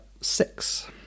six